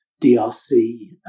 DRC